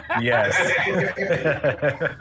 Yes